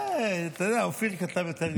אתה יודע, אופיר כתב יותר גדול.